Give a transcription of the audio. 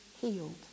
healed